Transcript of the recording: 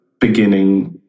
beginning